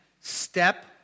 Step